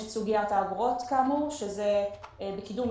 למה השיפוי ניתן רק על המיטות של